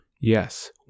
Yes